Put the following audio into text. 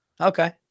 okay